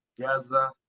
Gaza